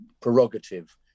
prerogative